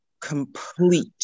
complete